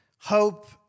hope